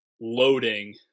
loading